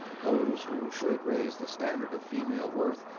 those who should raise the standard of female worth,